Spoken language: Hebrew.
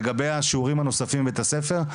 ולגבי השיעורים הנוספים בבתי הספר,